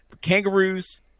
Kangaroos